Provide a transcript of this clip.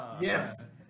Yes